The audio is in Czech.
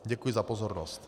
Děkuji za pozornost.